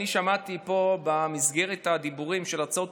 שמעתי פה במסגרת הדיבורים של הצעות